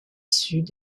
sud